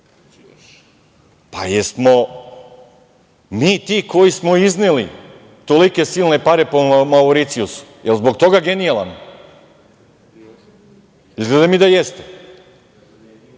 Pa, jesmo mi ti koji smo izneli tolike silne pare po Mauricijusu. Jel zbog toga genijalan? Izgleda mi da jeste.